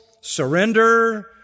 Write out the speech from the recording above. surrender